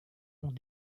ont